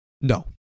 No